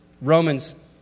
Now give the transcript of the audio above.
Romans